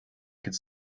could